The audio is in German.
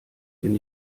denn